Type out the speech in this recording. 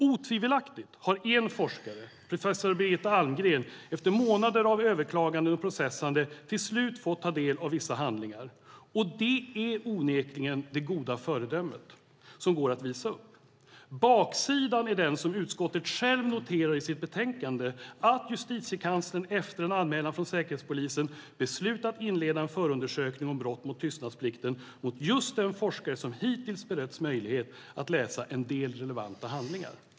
Otvivelaktigt har en forskare, professor Birgitta Almgren, efter månader av överklaganden och processande till slut fått ta del av vissa handlingar. Det är onekligen det goda föredömet, som går att visa upp. Baksidan är den som utskottet själv noterar i sitt betänkande, att Justitiekanslern, efter en anmälan från Säkerhetspolisen, beslutat att inleda en förundersökning om brott mot tystnadsplikten mot just den forskare som hittills beretts möjlighet att läsa en del relevanta handlingar.